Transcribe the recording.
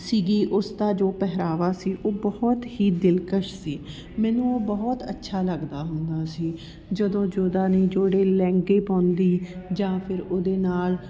ਸੀਗੀ ਉਸ ਦਾ ਜੋ ਪਹਿਰਾਵਾ ਸੀ ਉਹ ਬਹੁਤ ਹੀ ਦਿਲਕਸ਼ ਸੀ ਮੈਨੂੰ ਉਹ ਬਹੁਤ ਅੱਛਾ ਲੱਗਦਾ ਹੁੰਦਾ ਸੀ ਜਦੋਂ ਜੋਧਾ ਨੇ ਜਿਹੜੇ ਲਹਿੰਗੇ ਪਾਉਂਦੀ ਜਾਂ ਫਿਰ ਓਹਦੇ ਨਾਲ